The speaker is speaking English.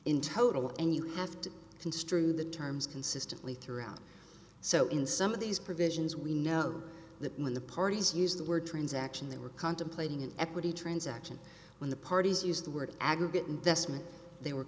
in total and you have to construe the terms consistently throughout so in some of these provisions we know that when the parties use the word transaction they were contemplating an equity transaction when the parties used the word aggregate investment they were